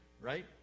right